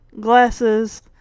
glasses